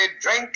drink